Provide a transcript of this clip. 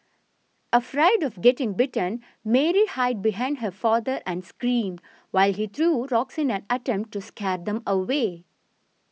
afraid of getting bitten Mary hide behind her father and screamed while he threw rocks in an attempt to scare them away